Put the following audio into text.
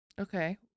Okay